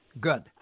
good